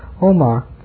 Omar